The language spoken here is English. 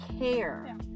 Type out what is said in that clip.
care